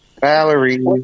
Valerie